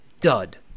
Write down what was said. dud